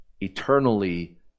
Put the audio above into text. eternally